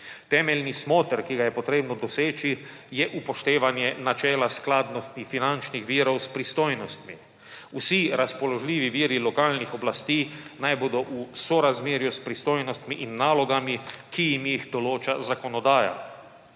Temeljni smoter, ki ga je potrebno doseči, je upoštevanje načela skladnosti finančnih virov s pristojnostmi. Vsi razpoložljivi viri lokalnih oblasti naj bodo v sorazmerju s pristojnostmi in nalogami, ki jim jih določa zakonodaja.